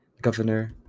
Governor